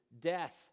death